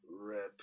Rip